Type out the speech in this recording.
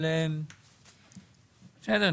אבל בסדר,